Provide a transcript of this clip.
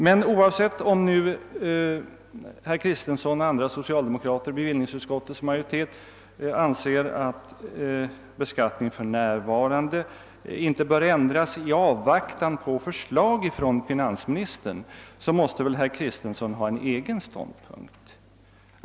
Men oavsett om herr, Kristenson och andra socialdemokrater i bevillningsutskottets majoritet anser att beskattningen för närvarande inte bör ändras i avvaktan på förslag från finansministern måste herr Kristenson ha en egen ståndpunkt.